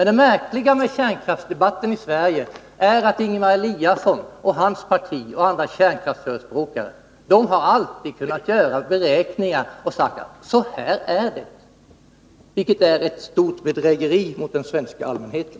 Det märkliga med kärnkraftsdebatten i Sverige är att Ingemar Eliasson och hans parti och andra kärnkraftsförespråkare alltid har kunnat göra beräkningar och kunnat säga: Så här är det. — Det är ett stort bedrägeri mot den svenska allmänheten.